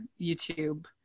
YouTube